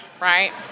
right